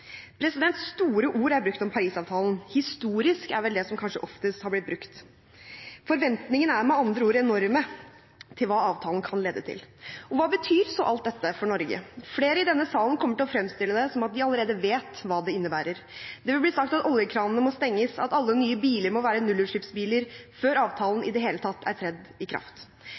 Store ord er brukt om Paris-avtalen. «Historisk» er vel det som kanskje oftest har blitt brukt. Forventningene er med andre ord enorme til hva avtalen kan lede til. Hva betyr så alt dette for Norge? Flere i denne salen kommer til å fremstille det som at de allerede vet hva det innebærer. Det vil bli sagt at oljekranene må stenges, og at alle nye biler må være nullutslippsbiler før avtalen i det hele tatt er trådt i kraft.